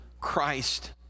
christ